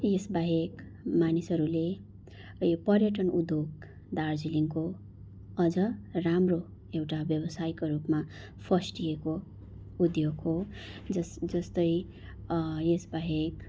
यसबाहेक मानिसहरूले यो पर्यटन उद्योग दार्जिलिङको अझ राम्रो एउटा व्यवसायको रूपमा फस्टिएको उद्योग हो जस जस्तै यसबाहेक